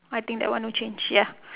I think that one no change ya